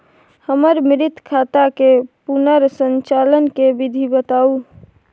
हमर मृत खाता के पुनर संचालन के विधी बताउ?